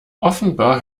offenbar